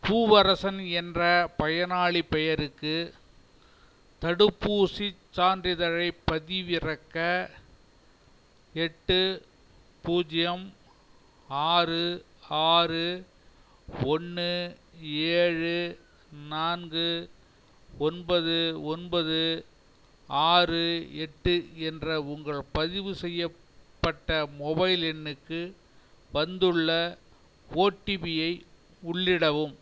பூவரசன் என்ற பயனாளிப் பெயருக்கு தடுப்பூசிச் சான்றிதழைப் பதிவிறக்க எட்டு பூஜ்ஜியம் ஆறு ஆறு ஒன்று ஏழு நான்கு ஒன்பது ஒன்பது ஆறு எட்டு என்ற உங்கள் பதிவு செய்யப்பட்ட மொபைல் எண்ணுக்கு வந்துள்ள ஓடிபியை உள்ளிடவும்